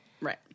right